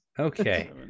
Okay